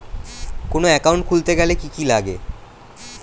কোন একাউন্ট খুলতে গেলে কি কি লাগে?